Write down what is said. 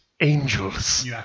angels